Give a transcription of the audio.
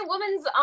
Woman's